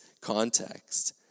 context